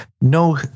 no